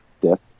Death